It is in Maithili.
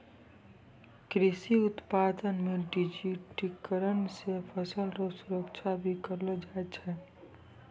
कृषि उत्पादन मे डिजिटिकरण से फसल रो सुरक्षा भी करलो जाय छै